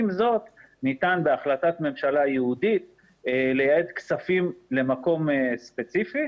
עם זאת ניתן בהחלטת ממשלה ייעודית לייעד כספים למקום ספציפי.